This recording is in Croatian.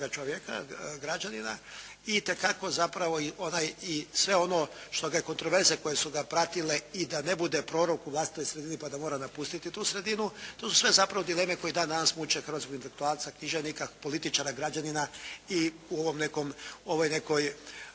i sve ono što ga kontraverze koje su ga pratile i da ne bude prorok u vlastitoj sredini pa da mora napustiti tu sredinu. Tu su sve zapravo dileme koje dan danas muče hrvatskog intelektualca, književnika, političara, građanina i u ovom nekoj eri